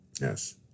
Yes